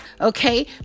Okay